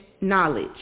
knowledge